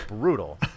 brutal